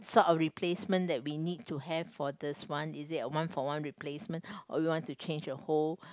sort of replacement that we need to have for this one is it a one for one replacement or we want to change the whole